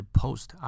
post